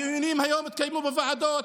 הדיונים התקיימו היום בוועדות.